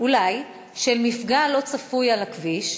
אולי של מפגע לא צפוי על הכביש.